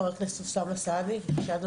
חבר הכנסת אוסאמה סעדי, בבקשה.